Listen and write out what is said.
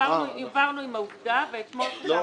העברנו עם העובדה --- לא,